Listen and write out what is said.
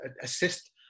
assist